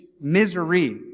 misery